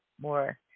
more